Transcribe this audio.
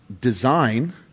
design